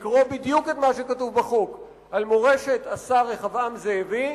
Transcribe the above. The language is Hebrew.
לקרוא בדיוק את מה שכתוב בחוק על מורשת השר רחבעם זאבי,